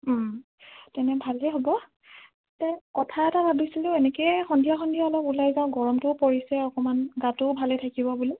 তেন্তে ভালেই হ'ব তে কথা এটা ভাবিছিলোঁ এনেকে সন্ধিয়া সন্ধিয়া অলপ ওলাই যাওঁ গৰমটো পৰিছে অকণমান গাটোও ভালে থাকিব বুলি